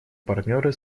партнеры